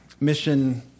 mission